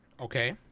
Okay